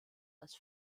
als